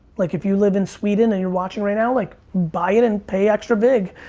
like if you live in sweden and you're watching right now, like buy it and pay extra vig,